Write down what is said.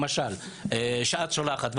למשל שאת שולחת,